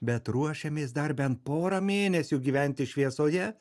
bet ruošiamės dar bent porą mėnesių gyventi šviesoje